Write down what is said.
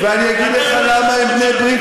ואני אגיד לך למה הם בני ברית,